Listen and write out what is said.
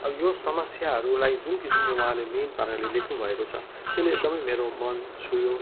यो समस्याहरूलाई जुन किसिमले उहाँले मेन पाराले लेख्नु भएको छ त्यसले एकदमै मेरो मन छोयो र